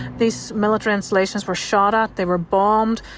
these military installations were shot at. they were bombed.